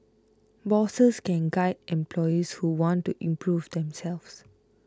bosses can guide employees who want to improve themselves